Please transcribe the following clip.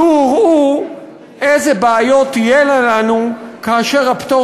צאו וראו איזה בעיות תהיינה לנו כאשר הפטור